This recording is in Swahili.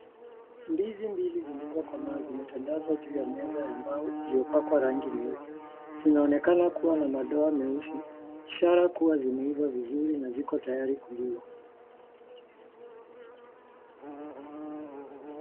Ndizi mbili zilizokomaa zimetandazwa juu ya meza ya mbao iliyopakwa rangi nyeupe. Zinaonekana kuwa na madoa meusi ishara kuwa zimeiva vizuri na ziko tayari kuliwa.